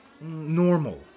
normal